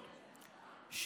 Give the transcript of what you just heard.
חוק המחלות הנדירות,